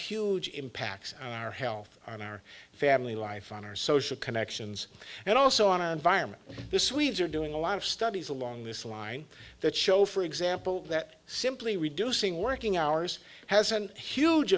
huge impacts on our health on our family life on our social connections and also on the environment this weeds are doing a lot of studies along this line that show for example that simply reducing working hours has a huge